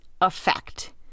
effect